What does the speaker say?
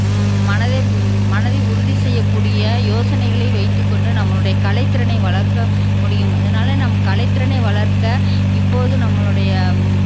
மனது மனதை உறுதி செய்யக்கூடிய யோசனைகளை வைத்துக்கொண்டு நம்மளுடைய கலைத்திறனை வளர்க்க முடியும் அதனால் நம் கலைத்திறனை வளர்க்க இப்போது நம்மளுடைய